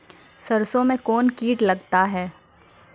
सरसों मे कौन कीट लगता हैं?